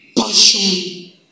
passion